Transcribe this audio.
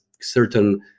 certain